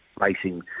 racing